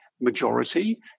majority